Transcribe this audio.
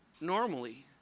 normally